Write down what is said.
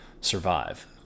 survive